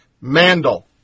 Mandel